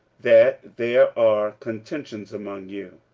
that there are contentions among you.